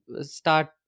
start